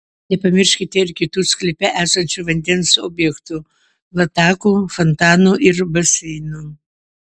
nepamirškite ir kitų sklype esančių vandens objektų latakų fontanų ir baseinų